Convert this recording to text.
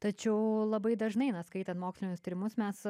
tačiau labai dažnai na skaitant mokslinius tyrimus mes